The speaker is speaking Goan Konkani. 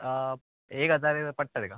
एक हजार पडटा ताका